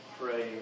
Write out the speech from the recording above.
pray